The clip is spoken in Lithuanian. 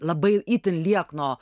labai itin liekno